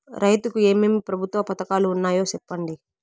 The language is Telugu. రైతుకు ఏమేమి ప్రభుత్వ పథకాలు ఉన్నాయో సెప్పండి?